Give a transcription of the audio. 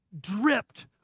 dripped